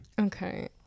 Okay